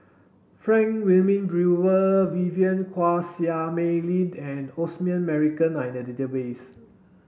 Frank Wilmin Brewer Vivien Quahe Seah Mei Lin and Osman Merican are in the database